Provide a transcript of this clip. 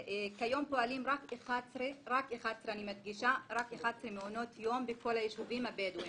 כיום פועלים רק 11 מעונות יום בכל היישובים הבדואים.